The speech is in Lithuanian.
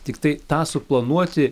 tiktai tą suplanuoti